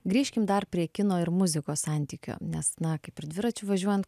grįžkim dar prie kino ir muzikos santykio nes na kaip ir dviračiu važiuojant